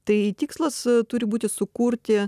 tai tikslas turi būti sukurti